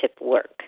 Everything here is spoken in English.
work